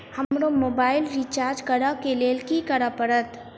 हमरा mobile recharge करऽ केँ लेल की करऽ पड़त?